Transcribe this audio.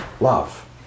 Love